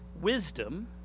wisdom